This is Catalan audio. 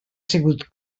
sigut